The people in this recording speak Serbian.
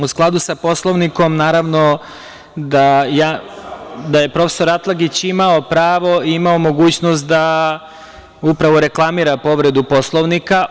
U skladu sa Poslovnikom, naravno da je profesor Atlagić imao pravo i imao mogućnost da upravo reklamira povredu Poslovnika.